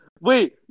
Wait